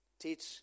teach